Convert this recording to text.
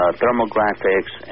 thermographics